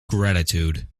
gratitude